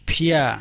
Pia